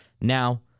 Now